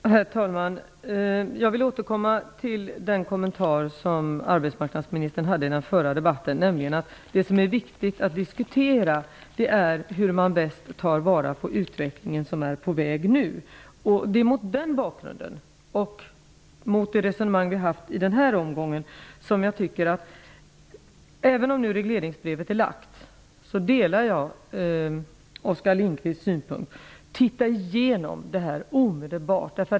Herr talman! Jag vill återkomma till arbetsmarknadsministerns kommentar i den förra debatten att det som är viktigt att diskutera är hur man bäst tar till vara den utveckling som nu är på gång. Mot den bakgrunden och med tanke på många av de resonemang som vi har fört i den här omgången delar jag, även om regleringsbrevet nu är framlagt, Oskar Lindkvists synpunkt att man omedelbart bör se över dessa frågor.